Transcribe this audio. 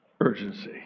Urgency